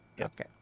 Okay